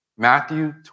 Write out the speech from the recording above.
Matthew